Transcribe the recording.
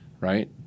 Right